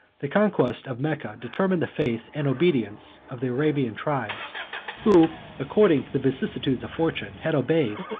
the conquest of mecca determined the faith and obedience of the arabian tribes who, according to the vicissitudes of fortune, had obeyed,